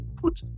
put